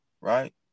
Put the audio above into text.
Right